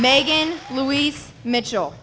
megan louise mitchell